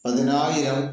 പതിനായിരം